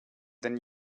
than